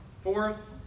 Fourth